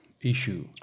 issue